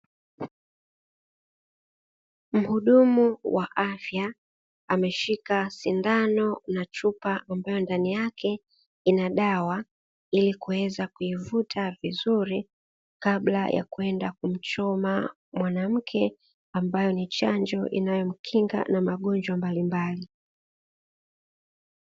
Muhudumu wa afya ameshika sindano na chupa ambayo ndani yake ina dawa, ili kuweza kuivuta vizuri kabla ya kwenda kumchoma mwanamke, ambayo ni chanjo inayomkinga na magonjwa mbalimbali.